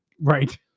right